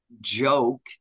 joke